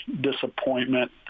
disappointment